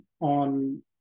on